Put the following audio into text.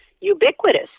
ubiquitous